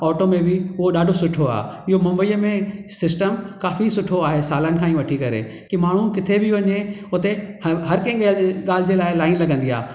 auto में बि उहो ॾाढो सुठो आहे इहो मुंबईअ में सिस्टम काफ़ी सुठो आहे सालनि खां ई वठी करे कि माण्हू किथे बि वञे हुते हरि हर कंहि खे अॼु ॻाल्हि जे लाइ लाइन लॻंदी आहे